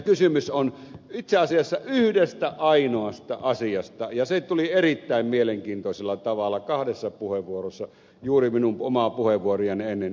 kysymys on itse asiassa yhdestä ainoasta asiasta ja se tuli erittäin mielenkiintoisella tavalla kahdessa puheenvuorossa juuri minun omaa puheenvuoroani ennen esille